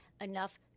enough